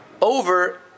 over